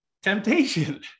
Temptation